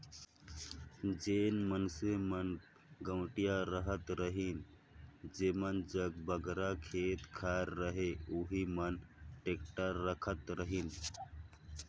जेन मइनसे मन गवटिया रहत रहिन जेमन जग बगरा खेत खाएर रहें ओही मन टेक्टर राखत रहिन